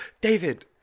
David